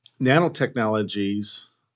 nanotechnologies